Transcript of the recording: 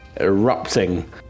erupting